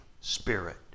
Spirit